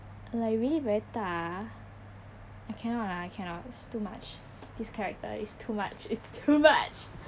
like really very 大 I cannot lah I cannot it's too much this character it's too much it's too much